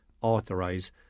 authorize